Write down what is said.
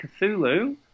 Cthulhu